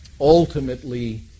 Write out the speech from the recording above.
ultimately